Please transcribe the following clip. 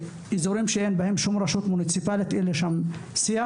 באזורים שבהם אין שום רשות מוניציפלית אין שיח עם אף אחד,